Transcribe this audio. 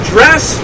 dress